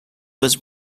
was